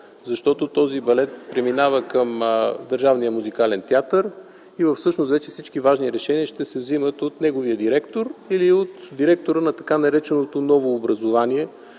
защото преминава към Държавния музикален театър и всъщност всички важни решения ще се вземат от неговия директор или от директора на така нареченото ново образувание,